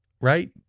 right